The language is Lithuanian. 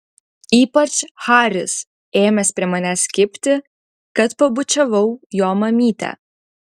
ypač haris ėmęs prie manęs kibti kad pabučiavau jo mamytę